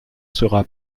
sera